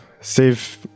save